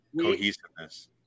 cohesiveness